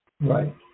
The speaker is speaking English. Right